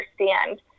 understand